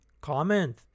Comment